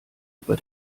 über